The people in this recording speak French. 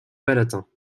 palatin